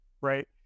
right